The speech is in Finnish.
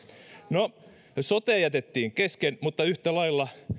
no sote jätettiin kesken mutta yhtä lailla